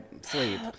sleep